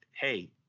hey